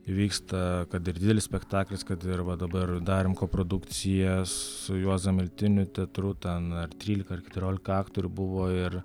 įvyksta kad ir didelis spektaklis kad ir va dabar darėm koprodukciją su juozo miltiniu teatru ten ar trylika ar keturiolika aktorių buvo ir